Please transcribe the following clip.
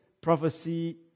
prophecy